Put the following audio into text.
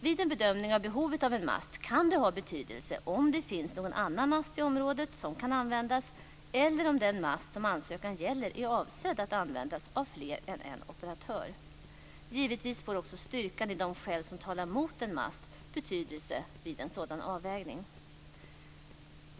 Vid en bedömning av behovet av en mast kan det ha betydelse om det finns någon annan mast i området som kan användas eller om den mast som ansökan gäller är avsedd att användas av fler än en operatör. Givetvis får också styrkan i de skäl som talar mot en mast betydelse vid en sådan avvägning.